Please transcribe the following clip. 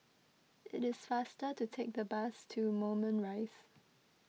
it is faster to take the bus to Moulmein Rise